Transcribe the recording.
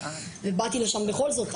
אבל באתי לשם בכל זאת,